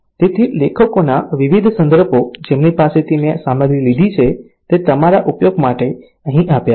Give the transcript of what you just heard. તેથી લેખકોના વિવિધ સંદર્ભો જેમની પાસેથી મેં સામગ્રી લીધી છે તે તમારા ઉપયોગ માટે અહીં આપ્યા છે